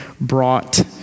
brought